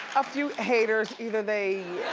a few haters. either they